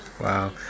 Wow